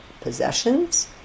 possessions